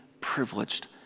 privileged